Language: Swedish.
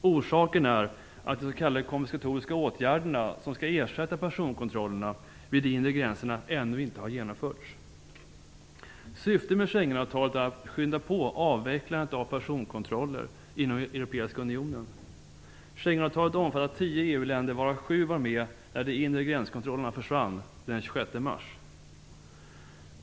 Orsaken är att de s.k. kompensatoriska åtgärderna, som skall ersätta personkontrollerna vid de inre gränserna, ännu inte har genomförts. Syftet med Schengenavtalet är att skynda på avvecklandet av personkontroller inom Europeiska unionen. Schengenavtalet omfattar tio EU-länder, varav sju var med när de inre gränskontrollerna försvann den 26 mars.